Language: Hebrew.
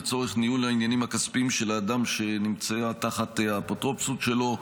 לצורך ניהול העניינים הכספיים של האדם שנמצא תחת האפוטרופסות שלו.